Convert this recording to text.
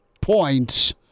points